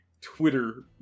Twitter